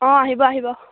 অঁ আহিব আহিব